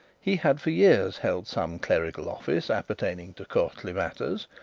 he had for years held some clerical office appertaining to courtly matters,